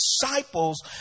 disciples